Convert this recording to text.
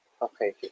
Okay